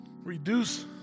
Reduce